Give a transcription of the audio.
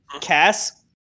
Cass